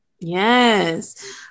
Yes